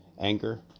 anger